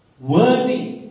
worthy